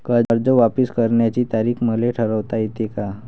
कर्ज वापिस करण्याची तारीख मले ठरवता येते का?